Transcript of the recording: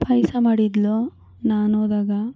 ಪಾಯಸ ಮಾಡಿದ್ಲು ನಾನು ಹೋದಾಗ